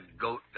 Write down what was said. goat